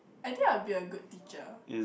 I think I'll be a good teacher